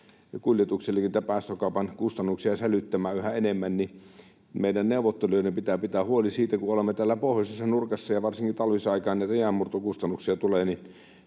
kuljetuksillekin niitä päästökaupan kustannuksia sälyttämään yhä enemmän, niin meidän neuvottelijoiden pitää muistaa, että kun olemme täällä pohjoisessa nurkassa ja varsinkin talvisaikaan näitä jäänmurtokustannuksia tulee,